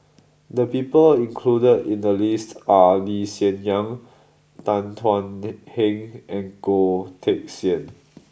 the people included in the list are Lee Hsien Yang Tan Thuan Heng and Goh Teck Sian